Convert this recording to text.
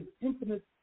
infinite